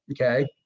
Okay